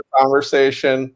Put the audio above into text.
conversation